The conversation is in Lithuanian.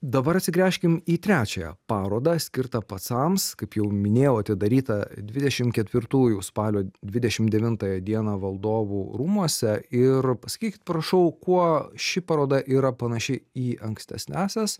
dabar atsigręžkim į trečiąją parodą skirtą pacams kaip jau minėjau atidaryta dvidešimt ketvirtųjų spalio dvidešimt devintąją dieną valdovų rūmuose ir pasakykit prašau kuo ši paroda yra panaši į ankstesniąsias